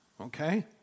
okay